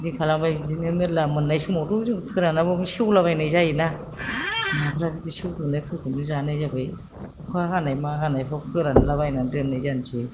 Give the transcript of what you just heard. बिदि खालामो मेल्ला मोननाय समावथ' जों फोरानाब्लाबो सेउलाबायनाय जायो ना नाफ्रा बिदिनो सेउदबनाय फोरखौनो जानाय जाबाय अखा हानायफ्राव मानायफ्राव फोरानलाबायनानै दोननाय जानोसै